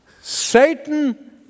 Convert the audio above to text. Satan